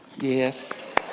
Yes